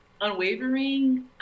unwavering